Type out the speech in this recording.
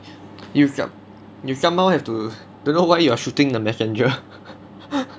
you you somehow have to do know why you're shooting the messenger